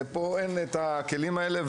אבל פה אין את הכלים האלה,